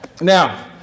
Now